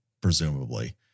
presumably